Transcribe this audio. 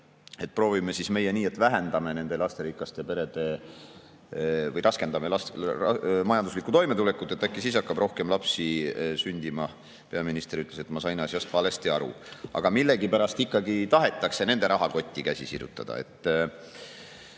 et proovime meie siis seda, et raskendame lasterikaste perede majanduslikku toimetulekut, äkki siis hakkab rohkem lapsi sündima. Peaminister ütles, et ma sain asjast valesti aru, aga millegipärast ikkagi tahetakse nende rahakotti käsi sirutada.